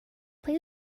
play